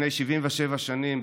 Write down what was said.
לפני 77 שנים,